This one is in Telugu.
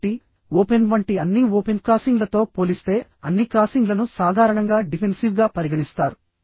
కాబట్టి ఓపెన్ వంటి అన్ని ఓపెన్ క్రాసింగ్లతో పోలిస్తే అన్ని క్రాసింగ్లను సాధారణంగా డిఫెన్సివ్గా పరిగణిస్తారు